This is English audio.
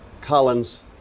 Collins